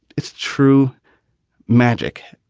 it's true magic.